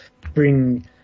bring